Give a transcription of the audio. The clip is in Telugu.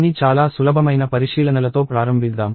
కొన్ని చాలా సులభమైన పరిశీలనలతో ప్రారంభిద్దాం